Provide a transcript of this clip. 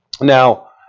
Now